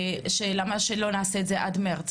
ולמה שלא נעשה את זה עד מרץ,